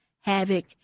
havoc